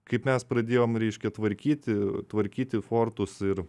kaip mes pradėjom reiškia tvarkyti tvarkyti fortus ir